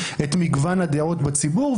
את מגוון הדעות בציבור,